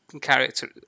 character